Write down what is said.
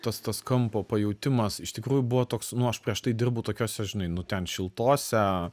tas tas kampo pajautimas iš tikrųjų buvo toks nu aš prieš tai dirbau tokiose žinai nu ten šiltose